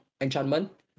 enchantment